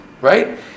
right